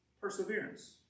perseverance